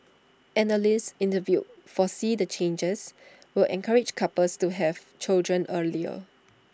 analysts interviewed foresee the changes will encourage couples to have children earlier